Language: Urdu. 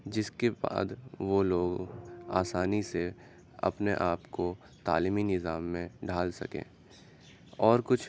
جس کے بعد وہ لوگ آسانی سے اپنے آپ کو تعلیمی نظام میں ڈھال سکیں اور کچھ